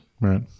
Right